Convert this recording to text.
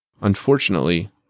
Unfortunately